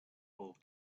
old